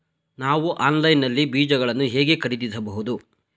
ನಾವು ಆನ್ಲೈನ್ ನಲ್ಲಿ ಬೀಜಗಳನ್ನು ಹೇಗೆ ಖರೀದಿಸಬಹುದು?